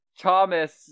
Thomas